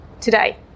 today